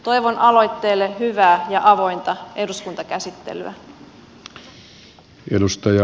toivon aloitteelle hyvää ja avointa eduskuntakäsittelyä